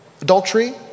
adultery